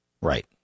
Right